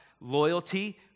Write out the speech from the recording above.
loyalty